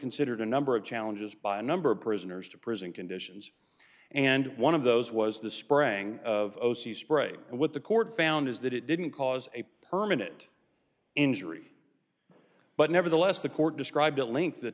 considered a number of challenges by a number of prisoners to prison conditions and one of those was the spraying of the spray and what the court found is that it didn't cause a permanent injury but nevertheless the court described at length the